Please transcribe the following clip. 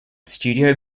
studio